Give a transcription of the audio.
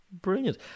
brilliant